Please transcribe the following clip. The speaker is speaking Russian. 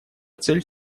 цель